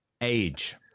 age